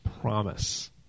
promise